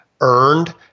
earned